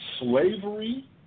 Slavery